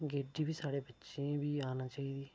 लेकिन गेड्डी साढ़े पिच्छें बी आना चाहिदी